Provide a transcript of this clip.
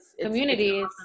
communities